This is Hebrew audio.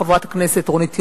חברת הכנסת רונית תירוש,